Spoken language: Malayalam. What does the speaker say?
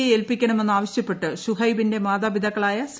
യെ ഏൽപ്പിക്കണമെന്ന് ആവശ്യപ്പെട്ട് ഷുഹൈബിന്റെ മാതാപിതാക്കളായ സി